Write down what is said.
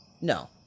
No